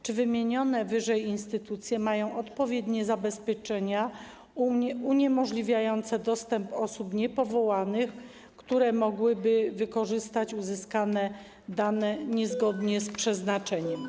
Czy wymienione wyżej instytucje mają odpowiednie zabezpieczenia uniemożliwiające dostęp osobom niepowołanym, które mogłyby wykorzystać uzyskane dane niezgodnie z przeznaczeniem?